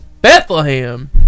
Bethlehem